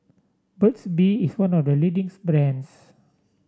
Burt's Bee is one of the leading's brands